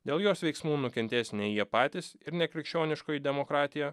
dėl jos veiksmų nukentės ne jie patys ir ne krikščioniškoji demokratija